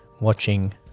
watching